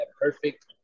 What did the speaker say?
perfect